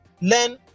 learn